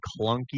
clunky